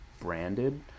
branded